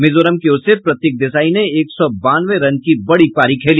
मिजोरम की ओर से प्रतीक देसाई ने एक सौ बानवे रन की बड़ी पारी खेली